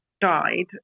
died